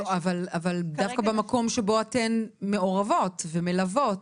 לא, אבל דווקא במקום שבו אתן מעורבות ומלוות.